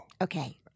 Okay